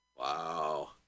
Wow